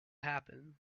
happen